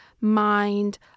mind